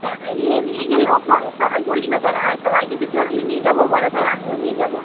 family নিয়ে গেলেও হয় সবাই বলি না চলো না সবাই যদি ফ্যামিলি নিয়ে যাবো বলে তাহলে আমিও নিয়ে যাবো